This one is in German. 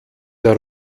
der